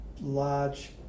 large